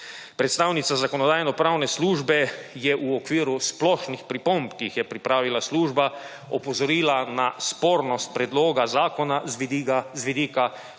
zakonodaja. Zakonodajno-pravne službe je v okviru splošnih pripomb, ki jih je pripravila služba, opozorila na spornost predloga zakona z vidika 155.